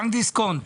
בנק דיסקונט.